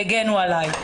הגנו עלי.